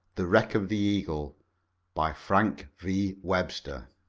the wreck of the eagle by frank v. webster